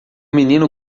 menino